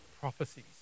prophecies